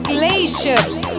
Glaciers